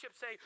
say